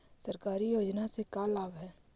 सरकारी योजना से का लाभ है?